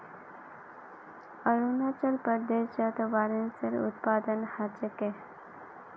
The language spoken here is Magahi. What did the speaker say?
अरुणाचल प्रदेशत बांसेर उत्पादन ह छेक